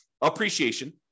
Appreciation